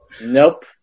Nope